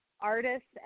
artists